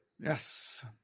Yes